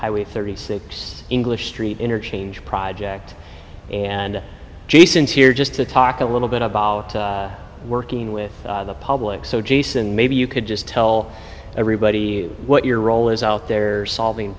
highway thirty six english street interchange project and jason's here just to talk a little bit about working with the public so jason maybe you could just tell everybody what your role is out there solving